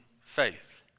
faith